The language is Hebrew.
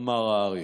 אמר האריה.